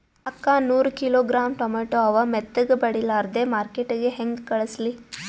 ಅಕ್ಕಾ ನೂರ kilogram tomato ಅವ, ಮೆತ್ತಗಬಡಿಲಾರ್ದೆ ಮಾರ್ಕಿಟಗೆ ಹೆಂಗ ಕಳಸಲಿ?